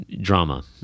drama